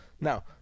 Now